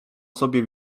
sobie